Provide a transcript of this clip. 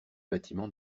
bâtiment